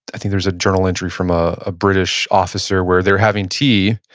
i think there's a journal entry from ah a british officer where they're having tea,